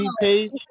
page